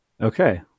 Okay